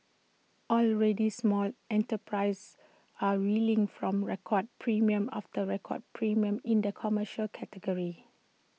already small enterprises are reeling from record premium after record premium in the commercial category